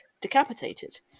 decapitated